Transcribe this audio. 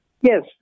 Yes